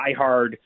diehard